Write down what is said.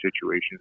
situations